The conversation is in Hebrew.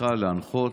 כוונתך להנחות